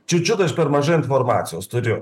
čiu čiut aš per mažai informacijos turiu